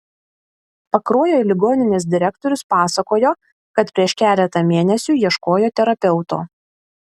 pakruojo ligoninės direktorius pasakojo kad prieš keletą mėnesių ieškojo terapeuto